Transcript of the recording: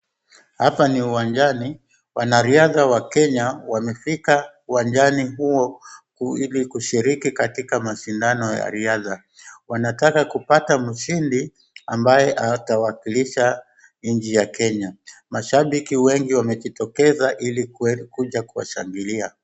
Hapa ni uwanjani wanariadha wa Kenya wamefika uwanjani huo ili kushiriki katika mashindano ya riadha. Wanataka kupata mshindi ambaye atawakilisha nchi ya Kenya. Mashabiki wengi wamejitokeza ili kuja kuwashangilia.